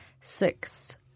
six